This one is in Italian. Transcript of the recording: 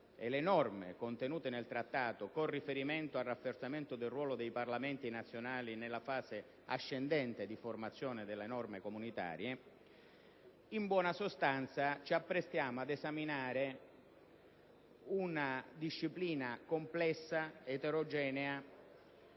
e le norme contenute nel Trattato con riferimento al rafforzamento del ruolo dei Parlamenti nazionali nella fase ascendente di formazione delle norme comunitarie, ci apprestiamo in buona sostanza ad esaminare una disciplina complessa ed eterogenea